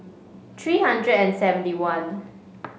three hundred and seventy one